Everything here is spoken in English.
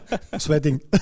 Sweating